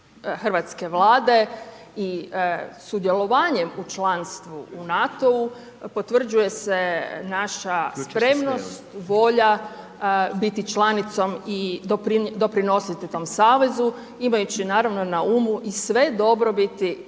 hrvatske Vlade i sudjelovanjem u članstvu u NATO-u, potvrđuje se naša spremnost, volja biti članicom i doprinositi tom savezu imajući naravno na umu sve dobrobiti